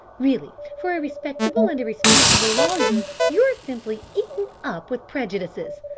really, for a respectable and a responsible lawyer, you're simply eaten up with prejudices.